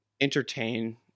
entertain